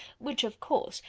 which, of course,